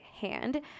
hand